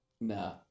No